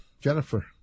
Jennifer